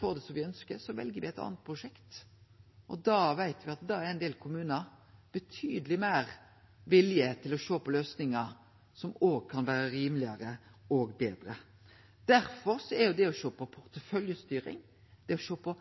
det som me ønskjer, vel me eit anna prosjekt. Da veit me at det er ein del kommunar som har betydeleg meir vilje til å sjå på løysingar som kan vere rimelegare og betre. Derfor er det å sjå på porteføljestyring og på